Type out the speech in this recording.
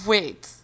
Wait